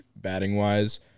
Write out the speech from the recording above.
batting-wise